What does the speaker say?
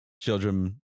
children